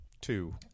two